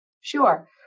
Sure